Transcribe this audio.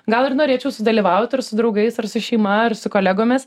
gal ir norėčiau sudalyvaut ir su draugais ar su šeima ar su kolegomis